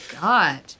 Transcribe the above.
God